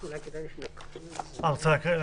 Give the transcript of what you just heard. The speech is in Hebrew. אני חושב שאולי כדאי שנקריא את זה.